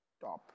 top